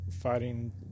fighting